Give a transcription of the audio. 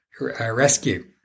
rescue